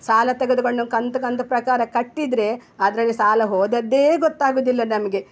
ಸಾಲ ತೆಗೆದುಕೊಂಡು ಕಂತು ಕಂತು ಪ್ರಕಾರ ಕಟ್ಟಿದರೆ ಅದರಲ್ಲಿ ಸಾಲ ಹೋದದ್ದೇ ಗೊತ್ತಾಗುವುದಿಲ್ಲ ನಮಗೆ